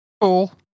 Cool